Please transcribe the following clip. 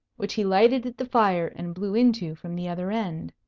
which he lighted at the fire and blew into from the other end.